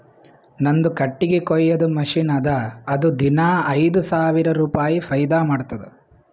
ನಂದು ಕಟ್ಟಗಿ ಕೊಯ್ಯದ್ ಮಷಿನ್ ಅದಾ ಅದು ದಿನಾ ಐಯ್ದ ಸಾವಿರ ರುಪಾಯಿ ಫೈದಾ ಮಾಡ್ತುದ್